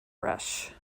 rush